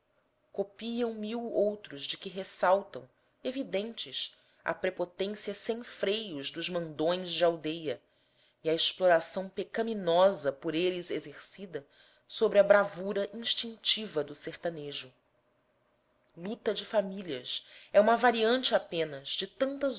copiam mil outros de que ressaltam evidentes a prepotência sem freios dos mandões de aldeia e a exploração pecaminosa por eles exercida sobre a bravura instintiva do sertanejo luta de famílias é uma variante apenas de tantas